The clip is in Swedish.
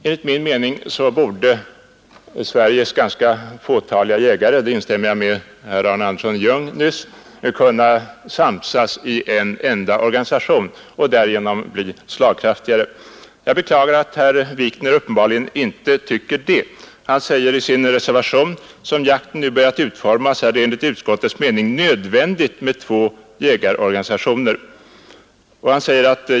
Enligt min mening borde Sveriges ganska fåtaliga jägare — på den punkten instämmer jag med herr Arne Andersson i Ljung — kunna samsas i en enda organisation och därigenom bli slagkraftigare. Jag beklagar att herr Wikner uppenbarligen inte tycker det. Han säger i sin reservation: ”Som jakten nu börjat utformas är det enligt utskottets mening nödvändigt med två jägarorganisationer.